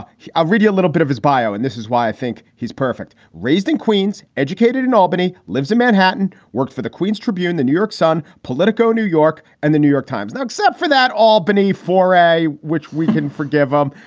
ah ah read you a little bit of his bio, and this is why i think he's perfect. raised in queens. educated in albany. lives in manhattan. worked for the queens tribune, the new york sun, politico, new york. and the new york times. except for that albany foray, which we can forgive, um,